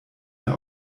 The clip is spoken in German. mehr